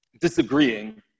disagreeing